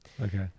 Okay